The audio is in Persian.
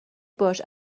باش